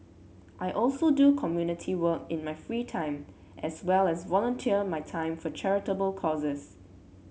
I also do community work in my free time as well as volunteer my time for charitable causes